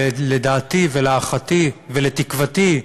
לדעתי ולהערכתי ולתקוותי,